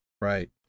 Right